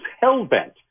hell-bent